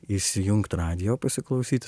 įsijungt radijo pasiklausyt